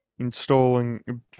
installing